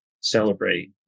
celebrate